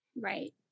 Right